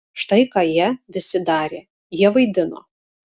štai ką jie visi darė jie vaidino